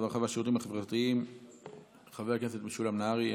הרווחה והשירותים החברתיים חבר הכנסת משולם נהרי.